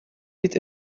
with